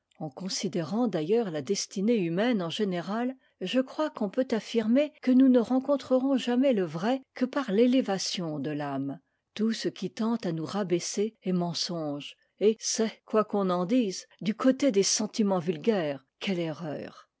en considérant d'ailleurs ta destinée humaine en général je crois qu'on peut affirmer que nous ne rencontrerons jamais le vrai que par l'élévation de l'âme tout ce qui tend à nous rabaisser est mensonge et c'est quoi qu'on en dise du côté des sentiments vulgaires qu'est l'erreur